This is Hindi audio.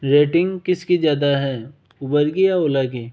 रेटिंग किसकी ज़्यादा है उबर की या ओला की